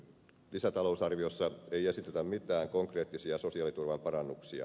lisätalousarviossa ei esitetä mitään konkreettisia sosiaaliturvan parannuksia